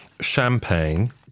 champagne